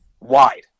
wide